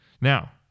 Now